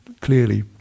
clearly